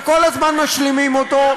וכל הזמן משלימים אותו,